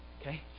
Okay